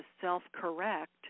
self-correct